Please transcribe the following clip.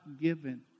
given